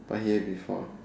but I hear before